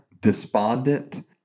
despondent